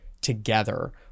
together